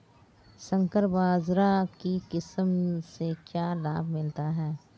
संकर बाजरा की किस्म से क्या लाभ मिलता है?